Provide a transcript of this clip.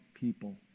people